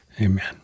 Amen